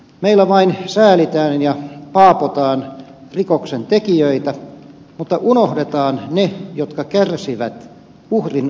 meillä vain säälitään ja paapotaan rikoksen tekijöitä mutta unohdetaan ne jotka kärsivät uhrin omaisina